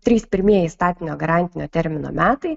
trys pirmieji statinio garantinio termino metai